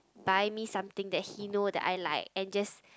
buy me something that he know that I like and just